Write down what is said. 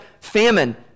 famine